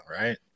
right